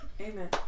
Amen